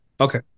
Okay